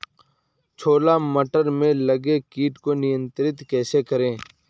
छोला मटर में लगे कीट को नियंत्रण कैसे करें?